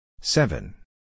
Seven